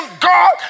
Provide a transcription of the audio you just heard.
God